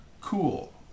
Cool